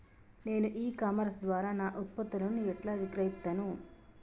నేను e commerce ద్వారా నా ఉత్పత్తులను ఎట్లా విక్రయిత్తను?